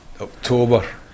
October